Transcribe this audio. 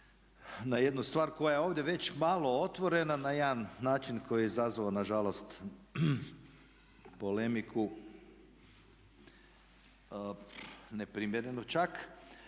na jednu stvar koja je ovdje već malo otvorena na jedan način koji je izazvao nažalost polemiku neprimjerenu čak.